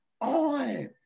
on